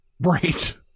Right